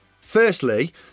Firstly